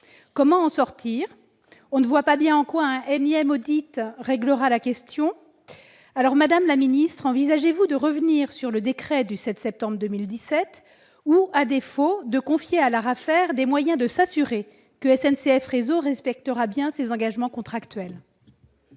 Comment en sortir ? On ne voit pas bien en quoi un énième audit réglera la question. Madame la ministre, envisagez-vous de revenir sur le décret du 7 septembre 2017 ou, à défaut, de confier à l'ARAFER les moyens de s'assurer que SNCF Réseau respectera bien ses engagements contractuels ?